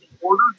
order